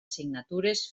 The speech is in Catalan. signatures